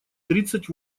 тридцать